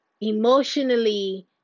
emotionally